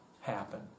happen